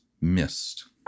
missed